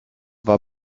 war